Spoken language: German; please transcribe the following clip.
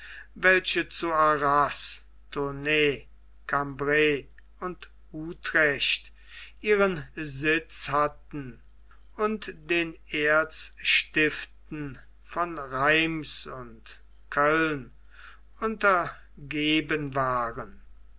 welche zu arras tournay cambray und utrecht ihren sitz hatten und den erzstiftern von rheims und köln untergeben waren